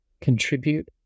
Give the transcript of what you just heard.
contribute